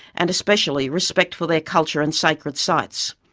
and especially respect for their culture and sacred sites.